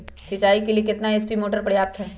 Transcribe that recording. सिंचाई के लिए कितना एच.पी मोटर पर्याप्त है?